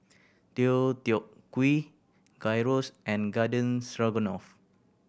Deodeok Gui Gyros and Garden Stroganoff